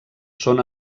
són